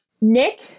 Nick